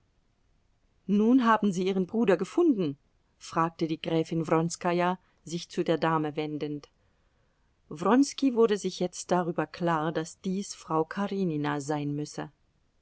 nun haben sie ihren bruder gefunden fragte die gräfin wronskaja sich zu der dame wendend wronski wurde sich jetzt darüber klar daß dies frau karenina sein müsse